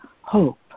hope